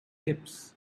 tips